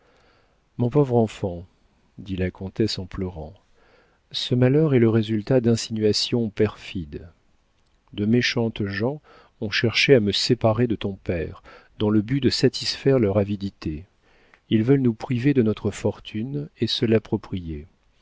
mon pauvre enfant dit la comtesse en pleurant ce malheur est le résultat d'insinuations perfides de méchantes gens ont cherché à me séparer de ton père dans le but de satisfaire leur avidité ils veulent nous priver de notre fortune et se l'approprier